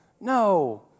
No